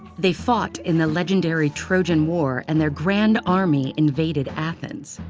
they fought in the legendary trojan war and their grand army invaded athens.